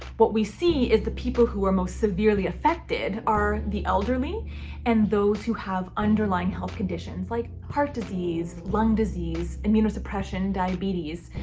what we see is the people who are most severely affected are the elderly and those who have underlying health conditions like heart disease, lung disease, immunosuppression, diabetes.